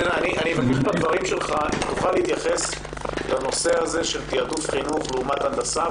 אבקש אם בדבריך תוכל להתייחס לנושא הזה של תעדוף חינוך לעומת הנדסה,